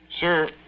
sir